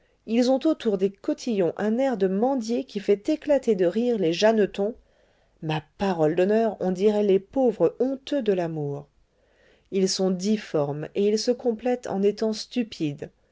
ils ont autour des cotillons un air de mendier qui fait éclater de rire les jeannetons ma parole d'honneur on dirait les pauvres honteux de l'amour ils sont difformes et ils se complètent en étant stupides